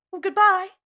Goodbye